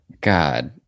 God